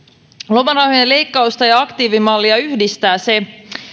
lomarahojen leikkausta ja aktiivimallia yhdistää se